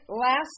last